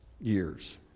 years